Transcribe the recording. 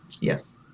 yes